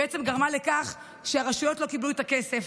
שבעצם גרמה לכך שהרשויות לא קיבלו את הכסף.